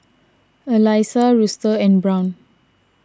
Elyssa Luster and Brown